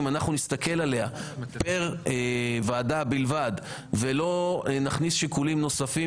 אם אנחנו נסתכל עליה פר ועדה בלבד ולא נכניס שיקולים נוספים